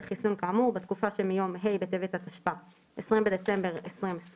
חיסון כאמור בתקופה שמיום ה' בטבת התשפ"א (20 בדצמבר 2020)